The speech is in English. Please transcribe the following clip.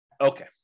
Okay